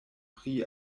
pri